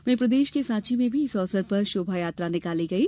वहीं प्रदेश के सांची में भी इस अवसर पर शोभा यात्रा निकाली गयी